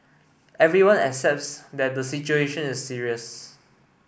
everyone accepts that the situation is serious